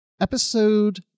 episode